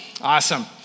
Awesome